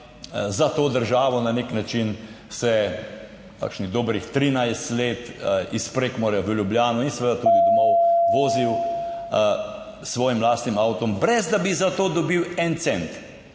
za to državo na nek način se kakšnih dobrih 13 let iz Prekmurja v Ljubljano in seveda tudi domov vozil s svojim lastnim avtom, brez da bi za to dobil en cent.